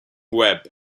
webb